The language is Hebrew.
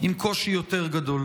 עם קושי גדול יותר.